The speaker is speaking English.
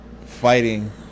fighting